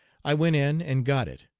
i went in and got it,